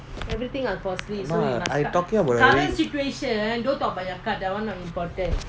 mah I talking about your